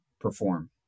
perform